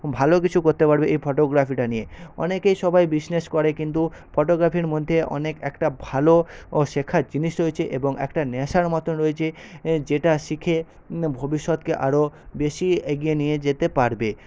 ভালো কিছু করতে পারবে এই ফটোগ্রাফিটা নিয়ে অনেকেই সবাই বিজনেস করে কিন্তু ফটোগ্রাফির মধ্যে অনেক একটা ভালো ও শেখার জিনিস রয়েছে এবং একটা নেশার মতন রয়েছে এঁ যেটা শিখে ভবিষ্যতকে আরও বেশি এগিয়ে নিয়ে যেতে পারবে